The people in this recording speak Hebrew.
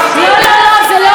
לא, לא, זה לא איומים.